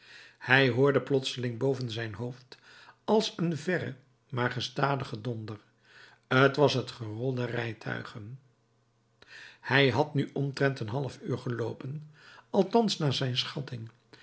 hij hoorde plotseling boven zijn hoofd als een verren maar gestadigen donder t was het gerol der rijtuigen hij had nu omtrent een half uur geloopen althans naar zijn schatting